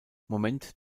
moment